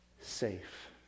safe